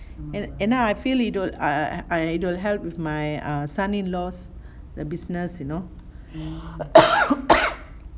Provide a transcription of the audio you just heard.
and and I feel it will err it will help with my err son-in-law's the business you know